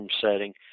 setting